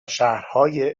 شهرهای